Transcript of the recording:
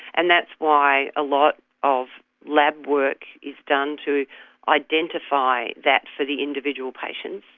and that's why a lot of lab work is done to identify that for the individual patients,